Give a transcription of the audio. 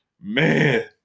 Man